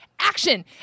action